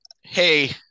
Hey